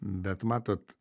bet matot